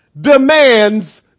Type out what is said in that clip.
demands